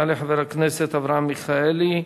יעלה חבר הכנסת אברהם מיכאלי,